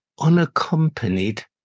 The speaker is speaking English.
unaccompanied